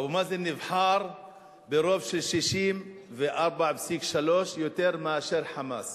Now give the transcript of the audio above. אבו מאזן נבחר ברוב של 64.3%, יותר מאשר "חמאס".